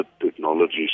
technologies